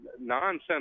nonsense